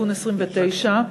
תיקון 29,